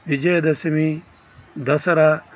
Vijayadashami Dasara